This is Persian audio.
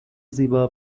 زیبا